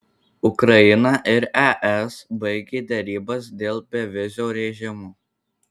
ukraina ir es baigė derybas dėl bevizio režimo